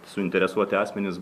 suinteresuoti asmenys